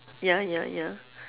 ya ya ya